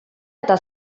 eta